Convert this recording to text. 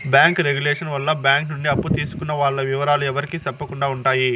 bank regulation వల్ల bank నుండి అప్పు తీసుకున్న వాల్ల ఇవరాలు ఎవరికి సెప్పకుండా ఉంటాయి